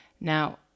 Now